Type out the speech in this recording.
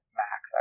max